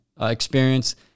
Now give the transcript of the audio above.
experience